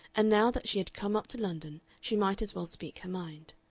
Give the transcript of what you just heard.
and now that she had come up to london she might as well speak her mind.